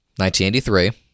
1983